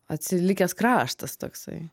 atsilikęs kraštas toksai